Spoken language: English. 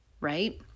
right